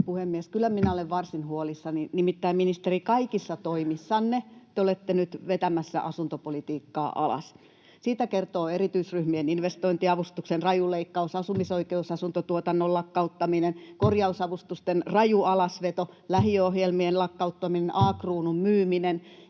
puhemies! Kyllä minä olen varsin huolissani, nimittäin, ministeri, kaikissa toimissanne te olette nyt vetämässä asuntopolitiikkaa alas. Siitä kertoo erityisryhmien investointiavustuksen raju leikkaus, [Pia Lohikoski: Juuri näin!] asumisoikeusasuntotuotannon lakkauttaminen, korjausavustusten raju alasveto, lähiöohjelmien lakkauttaminen ja A-Kruunun myyminen.